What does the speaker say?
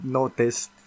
noticed